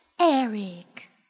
Eric